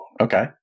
Okay